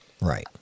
Right